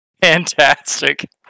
fantastic